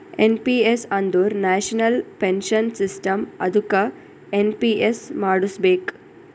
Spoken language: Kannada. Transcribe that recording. ಎನ್ ಪಿ ಎಸ್ ಅಂದುರ್ ನ್ಯಾಷನಲ್ ಪೆನ್ಶನ್ ಸಿಸ್ಟಮ್ ಅದ್ದುಕ ಎನ್.ಪಿ.ಎಸ್ ಮಾಡುಸ್ಬೇಕ್